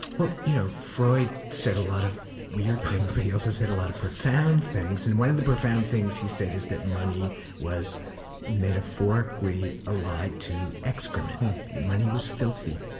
but you know, freud said a lot of weird things, but he also said a lot of profound things. and one of the profound things he said was that money was metaphorically allied to excrement. and money was filthy.